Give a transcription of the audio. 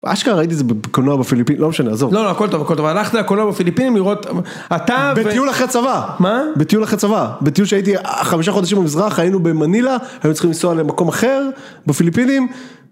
אשכרה ראיתי את זה בקולנוע בפליפינים, לא משנה, עזוב. לא, לא, הכל טוב, הכל טוב, הלכת לקולנוע בפליפינים לראות, אתה ו... בטיול אחרי צבא. מה? בטיול אחרי צבא, בטיול שהייתי חמישה חודשים במזרח, היינו במנילה, היינו צריכים לנסוע למקום אחר, בפליפינים.